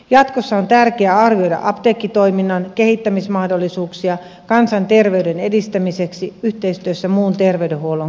jatkossa on tärkeää arvioida apteekkitoiminnan kehittämismahdollisuuksia kansan terveyden edistämiseksi yhteistyössä muun terveydenhuollon kanssa